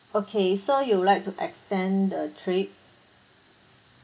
okay so you would like to extend the trip